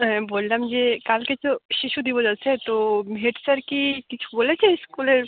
হ্যাঁ বললাম যে কালকে শিশু দিবস আছে তো হেড স্যার কি কিছু বলেছে স্কুলের